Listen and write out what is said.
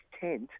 tent